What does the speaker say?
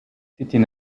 c’était